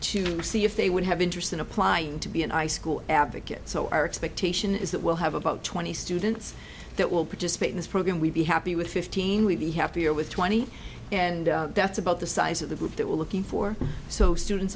to see if they would have interest in applying to be an eye school advocate so our expectation is that we'll have about twenty students that will participate in this program we'll be happy with fifteen will be happier with twenty and that's about the size of the group that we're looking for so students